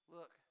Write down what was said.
Look